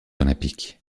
olympiques